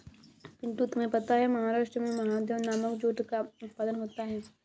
पिंटू तुम्हें पता है महाराष्ट्र में महादेव नामक जूट का उत्पादन होता है